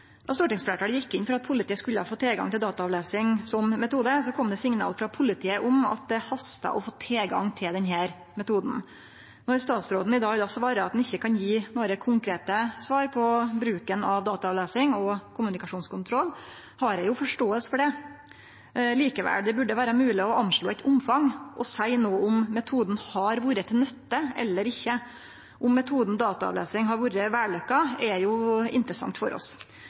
stortingsfleirtalet gjekk inn for at politiet skulle få tilgang til dataavlesing som metode, kom det signal frå politiet om at det hasta å få tilgang til denne metoden. Når statsråden i dag seier at han ikkje kan gje noko konkret svar på bruken av dataavlesing og kommunikasjonskontroll, kan eg forstå det. Likevel burde det vere mogleg å anslå eit omfang og seie noko om metoden har vore til nytte eller ikkje. Om metoden dataavlesing har vore vellykka, er jo interessant for oss.